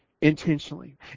intentionally